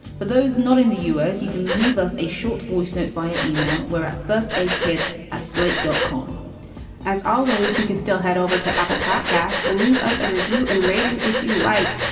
for those not in the u s, you can leave us a short voice note via email. we're at first aid kids at slate dot com as always, you can still head over to apple podcasts and leave us a review and rating, if you like.